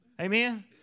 Amen